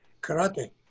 karate